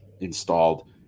installed